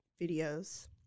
videos